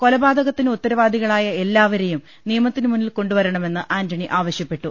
കൊലപാതകത്തിന് ഉത്തരവാ ദികളായ എല്ലാവരെയും നിയമത്തിന് മുന്നിൽ കൊണ്ടുവരണ മെന്ന് ആന്റണി ആവശ്യപ്പെട്ടു